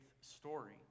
story